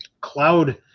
cloud